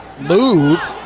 move